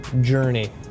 journey